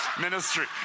ministry